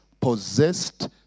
possessed